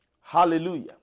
Hallelujah